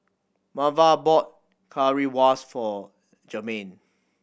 Marva bought Currywurst for Jermain